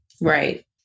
Right